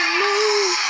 move